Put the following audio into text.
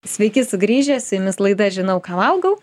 sveiki sugrįžę su jumis laida žinau ką valgau